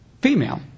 female